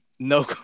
No